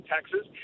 Texas